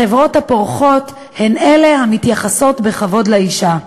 החברות הפורחות הן אלה המתייחסות בכבוד לאישה.